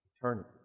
eternity